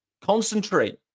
Concentrate